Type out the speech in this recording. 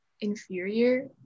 inferior